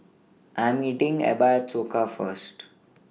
I'm meeting Ebba At Soka First